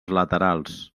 laterals